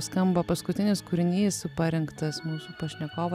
skamba paskutinis kūrinys parinktas mūsų pašnekovo